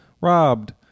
robbed